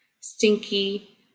stinky